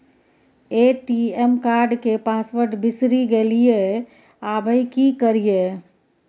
ATM card के password बिसरि गेलियै आबय की करियै?